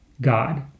God